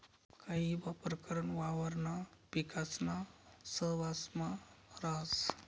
काही प्रकरण वावरणा पिकासाना सहवांसमा राहस